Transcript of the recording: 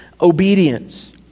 obedience